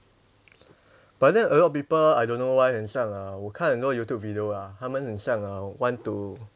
but then a lot of people I don't know why 很像 uh 我看很多 youtube video lah 他们很像 err want to